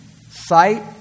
sight